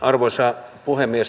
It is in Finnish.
arvoisa puhemies